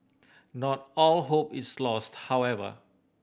not all hope is lost however